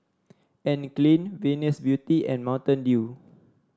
Anne Klein Venus Beauty and Mountain Dew